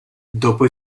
dopo